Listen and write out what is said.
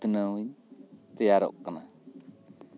ᱩᱛᱱᱟᱹᱣ ᱛᱮᱭᱟᱨᱚᱜ ᱠᱟᱱᱟ